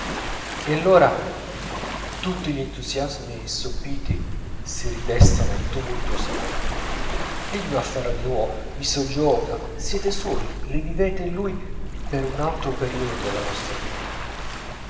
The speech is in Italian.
e allora tutti gli entusiasmi sopiti si ridestano tumultuosamente egli v'afferra di nuovo vi soggioga siete suoi rivivete in lui per un altro periodo della vostra vita